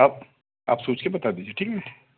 अब आप सोचके बता दीजिए ठीक है मैम